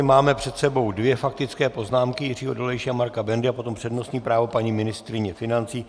Máme před sebou dvě faktické poznámky, Jiřího Dolejše a Marka Bendy, a potom přednostní právo paní ministryně financí.